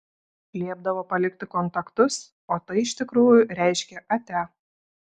liepdavo palikti kontaktus o tai iš tikrųjų reiškė atia